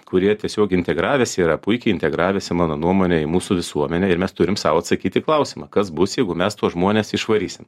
kurie tiesiog integravęsi yra puikiai integravęsi mano nuomone į mūsų visuomenę ir mes turim sau atsakyt į klausimą kas bus jeigu mes tuos žmones išvarysim